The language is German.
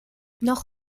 noch